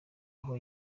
aho